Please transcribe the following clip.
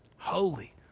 holy